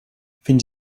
fins